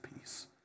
peace